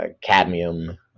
cadmium